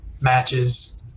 matches